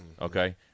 okay